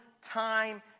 Time